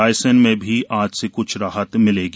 रायसेन में भी आज से कुछ राहत मिलेगी